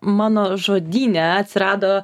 mano žodyne atsirado